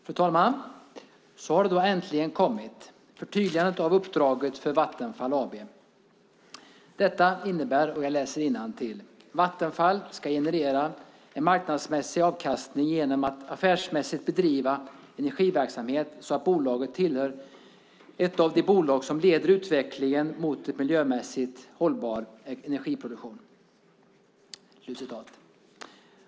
Fru talman! Så har det äntligen kommit - förtydligandet av uppdraget för Vattenfall AB: "Vattenfall ska generera en marknadsmässig avkastning genom att affärsmässigt bedriva energiverksamhet så att bolaget tillhör ett av de bolag som leder utvecklingen mot en miljömässigt hållbar energiproduktion."